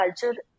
culture